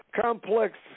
complex